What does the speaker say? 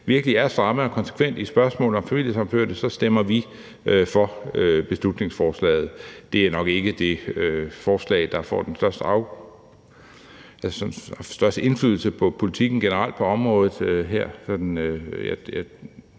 virkelig er stramme og konsekvente i spørgsmålet om familiesammenførte, stemmer vi for beslutningsforslaget. Det er nok ikke det forslag, der får den største indflydelse på politikken generelt på området her.